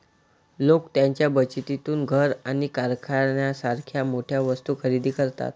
लोक त्यांच्या बचतीतून घर आणि कारसारख्या मोठ्या वस्तू खरेदी करतात